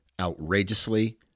outrageously